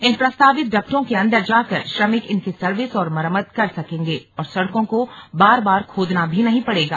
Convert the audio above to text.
इन प्रस्तावित डक्टों के अन्दर जाकर श्रमिक इनकी सर्विस और मरम्मत कर सकेंगे और सड़कों को बार बार खोदना भी नहीं पड़ेगा